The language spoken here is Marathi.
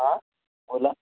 हा बोला